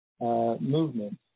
movement